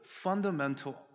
fundamental